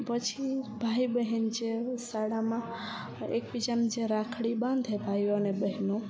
પછી ભાઈ બહેન છે શાળામાં એકબીજાને જે રાખડી બાંધે ભાઈઓ અને બહેનો